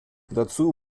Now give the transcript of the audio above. dazu